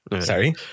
sorry